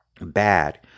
bad